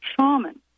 shaman